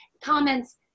comments